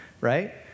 right